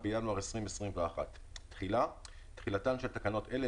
התש״ף־ 2020 (להלן־ התקנות העיקריות)